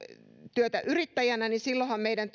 työtä yrittäjänä silloinhan meidän